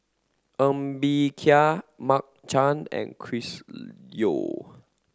Ng Bee Kia Mark Chan and Chris Yeo